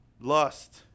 Lust